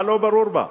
מה לא ברור בה?